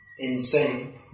insane